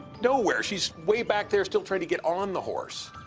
nowhere. she's way back there still trying to get on the horse.